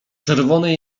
czerwone